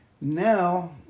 now